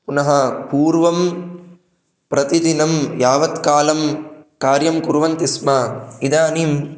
पुनः पूर्वं प्रतिदिनं यावत् कालं कार्यं कुर्वन्ति स्म इदानीं